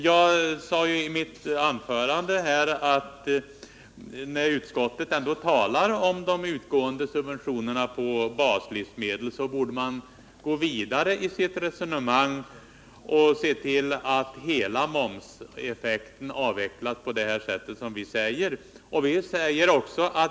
Jag sade i mitt huvudanförande att när utskottet ändå talar om de befintliga subventionerna på baslivsmedel borde man gå vidare i sitt resonemang och se till att hela momseffekten avvecklas på det sätt som vi föreslår.